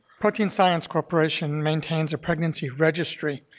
protein science corporation maintains a pregnancy registry